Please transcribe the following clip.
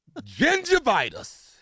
Gingivitis